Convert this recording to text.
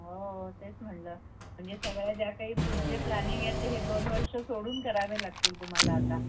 हो तेच म्हटलं म्हणजे सगळ्या ज्या काही पुढचे प्लॅनिंग येतं हे दोन वर्ष सोडून करावे लागतील तुम्हाला आता